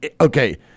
Okay